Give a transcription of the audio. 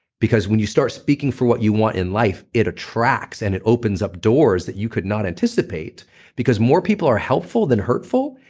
because when you start speaking for what you want in life, it attracts and it opens up doors that you could not anticipate because more people are helpful than hurtful.